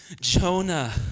Jonah